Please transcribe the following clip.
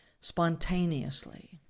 spontaneously